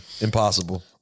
impossible